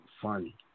funny